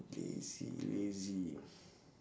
lazy lazy